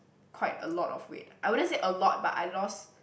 quite a lot of weight I wouldn't say a lot but I lost